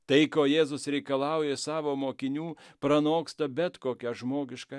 tai ko jėzus reikalauja savo mokinių pranoksta bet kokią žmogišką